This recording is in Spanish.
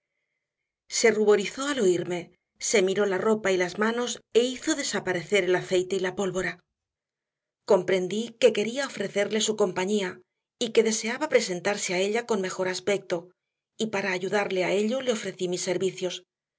abajo se ruborizó al oírme se miró la ropa y las manos e hizo desaparecer el aceite y la pólvora comprendí que quería ofrecerle su compañía y que deseaba presentarse a ella con mejor aspecto y para ayudarle a ello le ofrecí mis servicios